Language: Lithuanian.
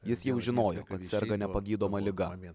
jis jau žinojo kad serga nepagydoma liga